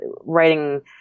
writing